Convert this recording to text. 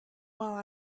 while